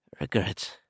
Regrets